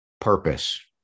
purpose